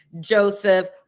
Joseph